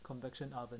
convection oven